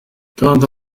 kanda